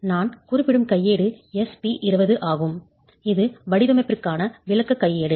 நான் குறிப்பிடும் கையேடு SP 20 ஆகும் இது வடிவமைப்பிற்கான விளக்கக் கையேடு